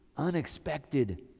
unexpected